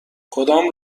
کدام